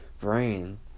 brain